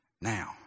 Now